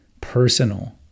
personal